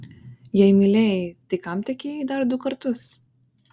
jei mylėjai tai kam tekėjai dar du kartus